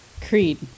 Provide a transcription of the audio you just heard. Creed